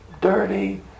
dirty